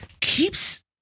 keeps